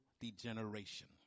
degeneration